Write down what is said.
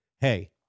Hey